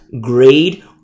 grade